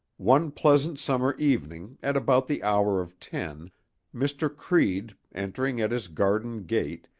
one pleasant summer evening at about the hour of ten mr. creede, entering at his garden gate,